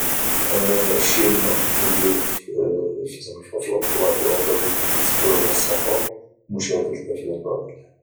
الشيء اللي كنفضل نديرو في العطلة ديال نهاية الأسبوع هو السفر ومشاهدة الأفلام بطبيعة الحال